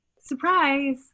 Surprise